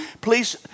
Please